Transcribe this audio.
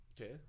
okay